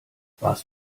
warst